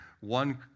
one